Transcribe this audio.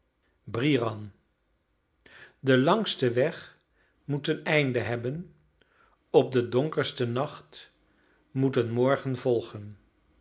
bryran de langste weg moet een einde hebben op den donkersten nacht moet een morgen volgen